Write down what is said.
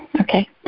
Okay